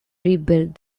rebuilt